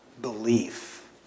belief